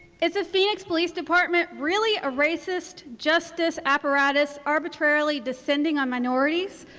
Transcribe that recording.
is the phoenix police department really a racist justice apparatus arbitrarily descending on minorities?